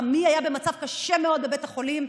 חמי היה במצב קשה מאוד בבית החולים,